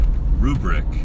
rubric